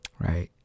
right